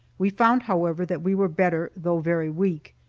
we found, however, that we were better, though very weak.